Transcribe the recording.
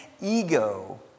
ego